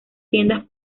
tiendas